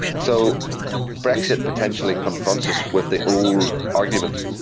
so brexit potentially confronts us with the old argument,